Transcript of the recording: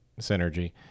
synergy